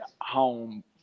home